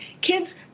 kids